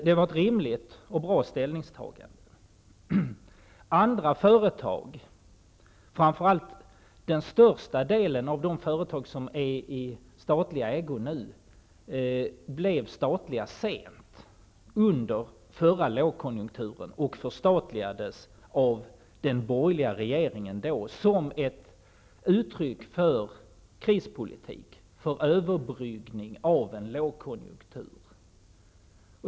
Det var ett rimligt och bra ställningstagande. Andra företag, framför allt den största delen av de företag som nu är i statlig ägo, blev statliga sent. De förstatligades under den förra lågkonjunkturen av den dåvarande borgerliga regeringen som ett uttryck för krispolitik, för överbryggning av en lågkonjunktur.